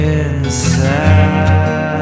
inside